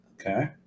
Okay